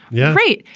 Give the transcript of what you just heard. yeah, right.